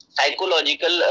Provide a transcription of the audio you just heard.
Psychological